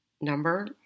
number